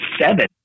seven